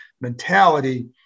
mentality